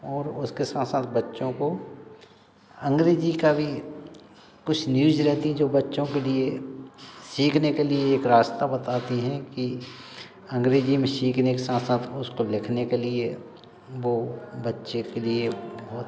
और उसके साथ साथ बच्चों को अंग्रेज़ी का भी कुछ न्यूज रहती हैं जो बच्चों के लिए सीखने के लिए एक रास्ता बताती हैं कि अंग्रेज़ी में सीखने के साथ साथ उसको लिखने के लिए वह बच्चे के लिए बहुत